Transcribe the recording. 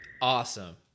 Awesome